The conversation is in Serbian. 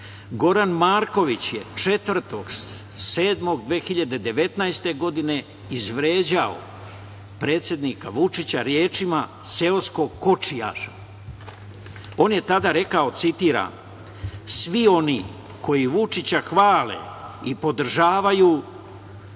Goran Marković je 4.7.2019. godine izvređao predsednika Vučića rečima seoskog kočijaša. On je tada rekao, citiram - svi oni koji Vučića hvale i podržavaju